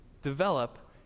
develop